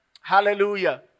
Hallelujah